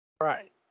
Right